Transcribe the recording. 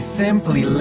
simply